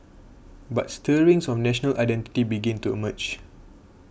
but stirrings of national identity began to emerge